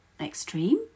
extreme